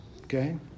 Okay